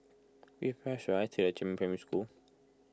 which bus should I take to Jiemin Primary School